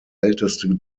älteste